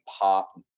pop